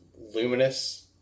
luminous